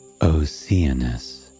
Oceanus